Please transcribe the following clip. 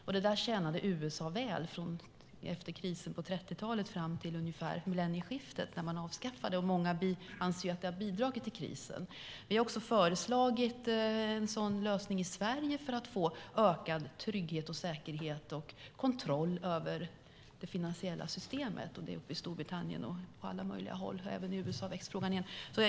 Det systemet tjänade USA väl efter krisen på 30-talet fram till ungefär millennieskiftet, när man avskaffade det, vilket många anser har bidragit till krisen. Vi har föreslagit en sådan lösning i Sverige för att få ökad trygghet och säkerhet och få kontroll över det finansiella systemet. Det har man gjort också i Storbritannien och på alla möjliga håll, och även i USA väcks frågan igen.